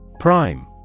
Prime